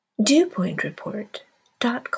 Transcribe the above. dewpointreport.com